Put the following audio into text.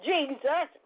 Jesus